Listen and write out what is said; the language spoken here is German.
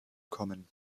kommen